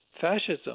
fascism